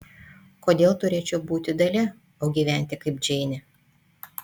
kodėl turėčiau būti dalia o gyventi kaip džeinė